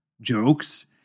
jokes